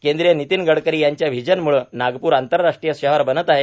केंद्रीय मंत्री नितीन गडकरी यांच्या व्हीजनम्ळे नागप्र आंतरराष्ट्रीय शहर बनत आहे